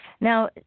Now